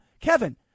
Kevin